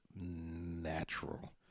natural